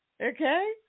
Okay